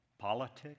politics